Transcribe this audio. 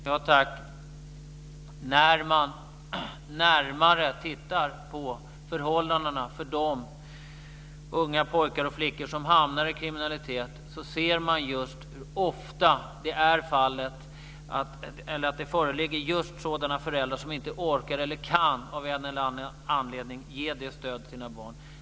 Fru talman! När man närmare tittar på förhållandena för de unga pojkar och flickor som hamnar i kriminalitet ser vi att det ofta handlar om sådana föräldrar som av en eller annan anledning inte orkar eller kan ge det stödet till sina barn.